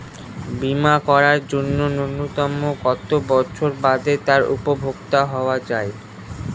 বীমা করার জন্য ন্যুনতম কত বছর বাদে তার উপভোক্তা হওয়া য়ায়?